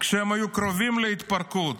כשהם היו קרובים להתפרקות,